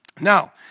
Now